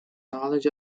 knowledge